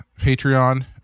Patreon